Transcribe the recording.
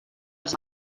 als